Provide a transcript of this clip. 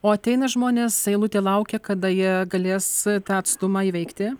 o ateina žmonės eilute laukia kada jie galės tą atstumą įveikti